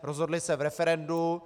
Rozhodli se v referendu.